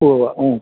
ഉവ്വ് മ്മ്